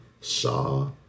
saw